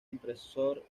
impresor